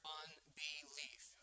unbelief